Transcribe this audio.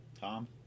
tom